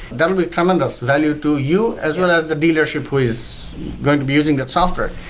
that would be tremendous value to you as well as the dealership who is going to be using that software.